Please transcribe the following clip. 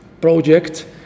project